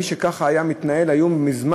מי שכך היה מתנהל היו מזמן,